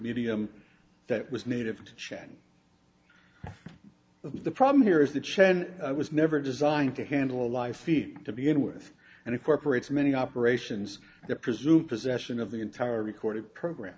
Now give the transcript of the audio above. medium that was native to chen the problem here is that chen was never designed to handle a life feed to begin with and it corporates many operations that presume possession of the entire recorded program